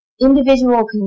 individual